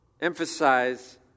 emphasize